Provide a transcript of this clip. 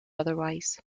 otherwise